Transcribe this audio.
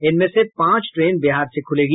इनमें से पांच ट्रेन बिहार से खुलेगी